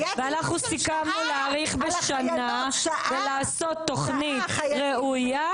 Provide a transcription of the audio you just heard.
ואנחנו סיכמנו להאריך בשנה ולעשות תוכנית ראויה.